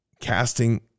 casting